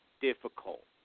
difficult